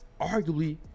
arguably